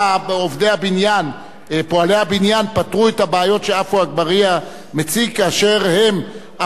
פתרו את הבעיות שעפו אגבאריה מציג כך שהם עבדו עשר שנים כפועלי בניין,